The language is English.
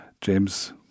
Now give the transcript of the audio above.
James